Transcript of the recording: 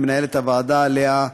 למנהלת הוועדה לאה,